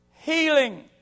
Healing